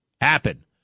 happen